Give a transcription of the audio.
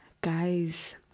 Guys